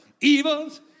evils